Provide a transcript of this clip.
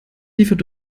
liefert